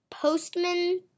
Postman